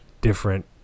different